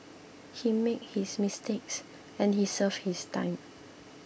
he made his mistakes and he served his time